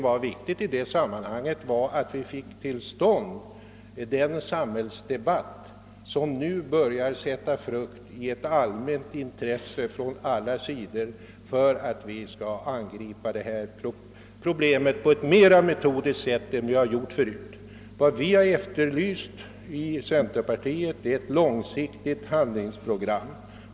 Det viktiga i sammanhanget är att vi fick till stånd en debatt, som nu börjar sätta frukt på så sätt, att man från samhällets sida börjat angripa problemen på ett mera metodiskt sätt än tidigare. Vad vi i centerpartiet har efterlyst är ett långsiktigt handlingsprogram.